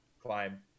climb